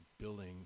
building